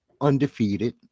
undefeated